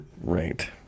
Right